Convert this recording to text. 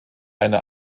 eine